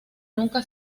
nunca